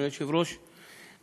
אדוני היושב-ראש,